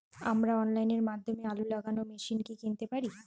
আমরা অনলাইনের মাধ্যমে আলু লাগানো মেশিন কি কিনতে পারি?